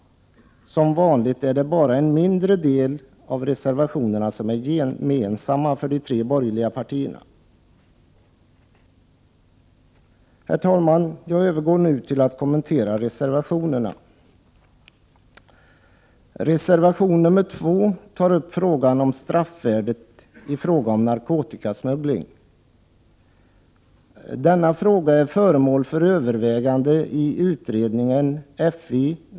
Som vanligt är det bara en mindre del av reservationerna som är gemensam för de tre borgerliga partierna. Herr talman! Jag övergår nu till att kommentera reservationerna. Reservation nr 2 tar upp frågan om straffvärdet när det gäller viss narkotikasmuggling. Denna fråga är föremål för övervägande i utredningen Prot.